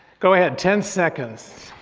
go ahead, ten seconds.